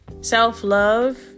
self-love